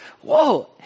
whoa